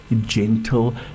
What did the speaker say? gentle